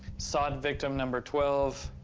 sought victim number twelve,